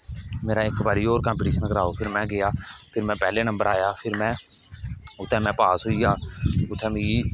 मेरा इक बारी होर क्मपीटिशन कराओ फिर में गेआ फिर में पैहले नम्बर उप्पर आया फिर में उत्थै में पास होई गेआ उत्थै मिगी